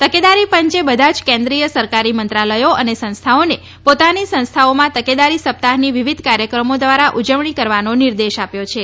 તકેદારી પંચે બધા જ કેન્રી ીય સરકારી મંત્રાલયો અને સંસ્થાઓને પોતાની સંસ્થાઓમાં તકેદારી સપ્તાહની વિવિધ કાર્યક્રમો દ્વારા ઉજવણી કરવાનો નિર્દેશ આપ્યો છે